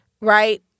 right